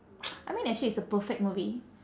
I mean actually it's a perfect movie